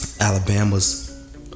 Alabama's